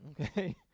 Okay